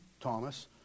Thomas